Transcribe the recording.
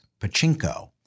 Pachinko